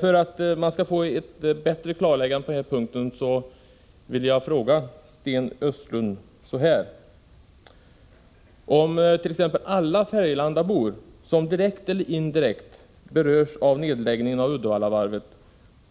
För att man skall få ett bättre klarläggande på den här punkten vill jag fråga Sten Östlund om t.ex. alla Färgelandabor som direkt eller indirekt berörs av nedläggningen av Uddevallavarvet